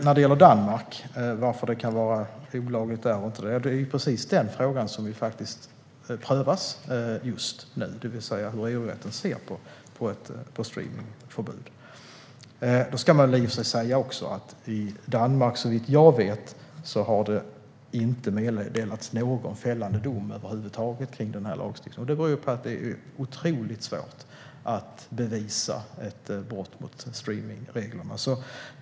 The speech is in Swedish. När det gäller Danmark och varför det kan vara olagligt där är det precis den frågan som prövas just nu, det vill säga hur EU-rätten ser på streamningsförbud. Man ska i och för sig säga att det i Danmark, såvitt jag vet, inte har meddelats någon fällande dom över huvud taget med den här lagstiftningen. Det beror på att det är otroligt svårt att bevisa ett brott mot streamningsreglerna.